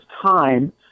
time